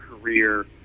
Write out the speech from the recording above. career